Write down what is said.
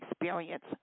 experience